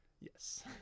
Yes